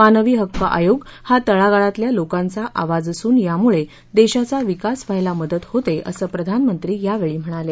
मानवी हक्क आयोग हा तळागाळातल्या लोकांचा आवाज असून यामुळे देशाचा विकास होण्यास मदत होते असं प्रधानमंत्री यावेळी म्हणाले